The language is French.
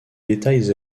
détails